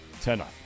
tonight